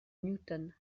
newton